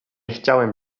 chciałem